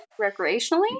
Recreationally